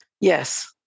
Yes